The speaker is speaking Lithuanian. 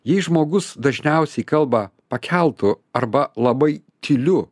jei žmogus dažniausiai kalba pakeltu arba labai tyliu